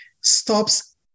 stops